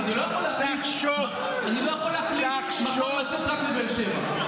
אני לא יכול להחליט מחר לתת רק לבאר שבע.